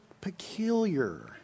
peculiar